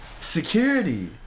Security